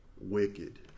wicked